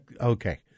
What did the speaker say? Okay